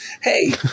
hey